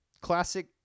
classic